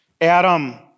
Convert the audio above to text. Adam